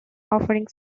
offering